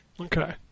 Okay